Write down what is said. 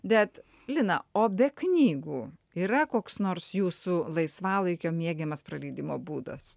bet liną o be knygų yra koks nors jūsų laisvalaikio mėgiamas praleidimo būdas